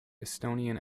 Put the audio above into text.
estonian